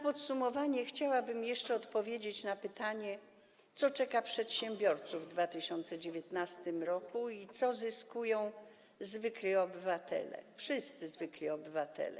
Podsumowując, chciałabym jeszcze odpowiedzieć na pytanie, co czeka przedsiębiorców w 2019 r. i co zyskują zwykli obywatele, wszyscy zwykli obywatele.